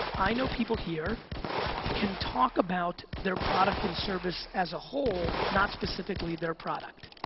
i know people here can talk about their product and service as a whole, not specifically their product.